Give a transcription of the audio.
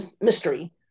mystery